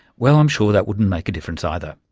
well, i'm sure that wouldn't make a difference either.